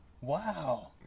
wow